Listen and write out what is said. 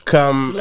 Come